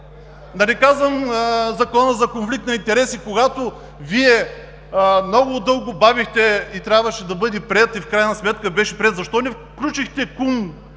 Да не казвам за Закона за конфликт на интереси, който Вие много дълго бавихте. Трябваше да бъде приет, и в крайна сметка беше приет. Защо не включихте: „кум“,